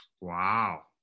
wow